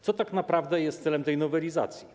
Co tak naprawdę jest celem tej nowelizacji?